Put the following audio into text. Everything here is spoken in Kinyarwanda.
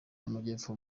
y’amajyepfo